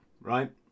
right